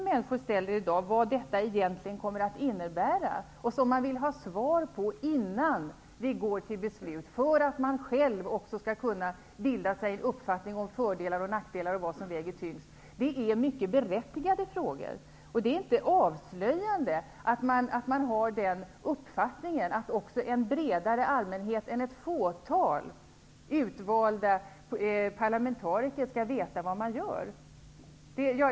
Människor ställer i dag frågor om vad detta egentligen kommer att innebära, och de vill ha svar på sina frågor innan vi går till beslut för att de själva också skall kunna bilda sig en uppfattning om fördelar och nackdelar och vad som väger tyngst. Detta är mycket berättigade frågor. Det är inte avslöjande att man har den uppfattningen att också en bredare allmänhet än ett fåtal utvalda parlamentariker skall veta vad som händer.